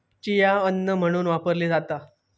chia अन्न म्हणून वापरली जाता